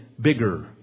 bigger